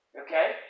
okay